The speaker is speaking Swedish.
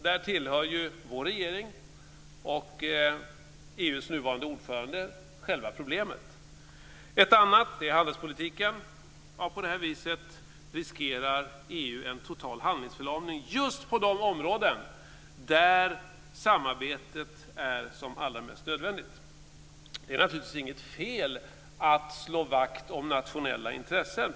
Där tillhör vår regering och EU:s nuvarande ordförande själva problemet. Ett annat exempel är handelspolitiken. På det här viset riskerar EU en total handlingsförlamning just på de områden där samarbete är som allra mest nödvändigt. Det är naturligtvis inget fel att slå vakt om nationella intressen.